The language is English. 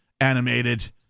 animated